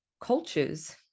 cultures